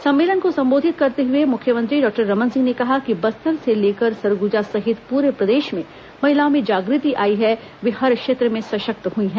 सम्मेलन को संबोधित करते हुए मुख्यमंत्री डॉक्टर रमन सिंह ने कहा कि बस्तर से लेकर सरगुजा सहित पूरे प्रदेश में महिलाओं में जागृति आयी है वे हर क्षेत्र में सशक्त हुई हैं